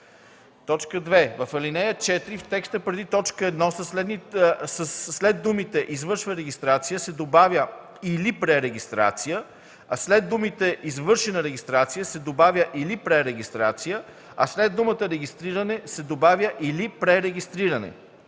2. В ал. 4 в текста преди т. 1 след думите „извършва регистрация” се добавя „или пререгистрация”, след думите „извършена регистрация” се добавя „или пререгистрация”, а след думата „регистриране” се добавя „или пререгистриране”.